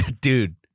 Dude